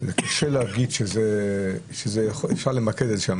וקשה להגיד שאפשר למקד את זה שם.